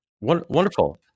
Wonderful